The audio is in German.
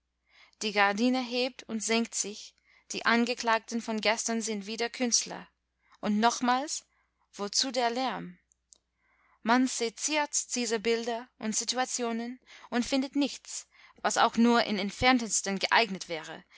die gardine hebt und senkt sich die angeklagten von gestern sind wieder künstler und nochmals wozu der lärm man seziert diese bilder und situationen und findet nichts was auch nur im entferntesten geeignet wäre